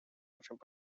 очень